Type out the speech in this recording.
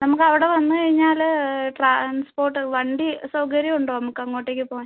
നമുക്ക് അവിടെ വന്ന് കഴിഞ്ഞാൽ ട്രാൻസ്പ്പോർട്ട് വണ്ടി സൗകര്യം ഉണ്ടോ നമുക്ക് അങ്ങോട്ടേക്ക് പോവാൻ